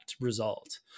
result